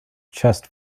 chest